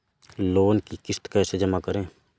Loan की किश्त कैसे जमा करें?